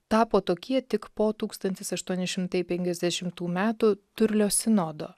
tapo tokie tik po tūkstantis aštuoni šimtai penkiasdešimtų metų turlio sinodo